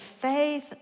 faith